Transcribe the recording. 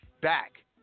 back